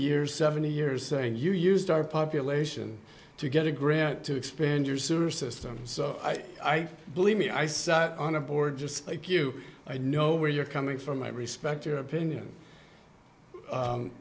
years seventy years and you used our population to get a grant to expand your server system so i believe me i sat on a board just like you i know where you're coming from i respect your opinion